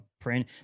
print